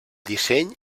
disseny